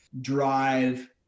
drive